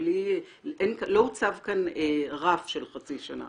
לא הוצב כאן רף של חצי שנה.